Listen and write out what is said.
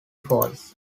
false